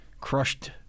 crushed